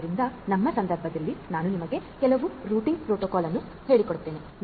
ಆದ್ದರಿಂದ ನಮ್ಮ ಸಂದರ್ಭದಲ್ಲಿ ನಾನು ನಿಮಗೆ ಕೆಲವು ರೂಟಿಂಗ್ ಪ್ರೋಟೋಕಾಲ್ ಅನ್ನು ಹೇಳಿಕೊಡುತೇನೆ